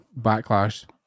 backlash